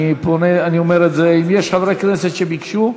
אם יש חברי כנסת שביקשו,